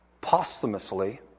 posthumously